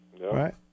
Right